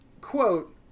Quote